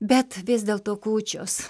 bet vis dėlto kūčios